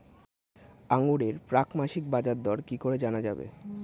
আঙ্গুরের প্রাক মাসিক বাজারদর কি করে জানা যাবে?